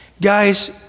Guys